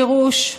גירוש,